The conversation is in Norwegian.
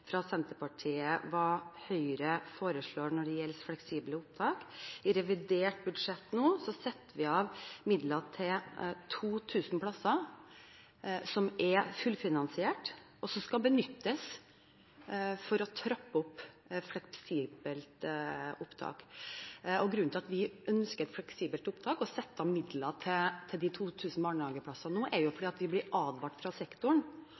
fra Senterpartiet hva Høyre foreslår når det gjelder fleksible opptak. I revidert budsjett nå setter vi av midler til 2 000 plasser som er fullfinansiert, og som skal benyttes til å trappe opp fleksibelt opptak. Grunnen til at vi ønsker fleksibelt opptak og setter av midler til de 2 000 barnehageplassene nå, er at vi blir advart fra sektoren